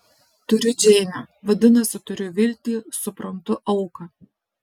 turiu džeinę vadinasi turiu viltį suprantu auką